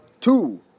two